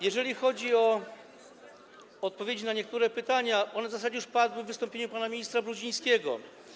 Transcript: Jeżeli chodzi o odpowiedzi na niektóre pytania, to w zasadzie one już padły w wystąpieniu pana ministra Brudzińskiego.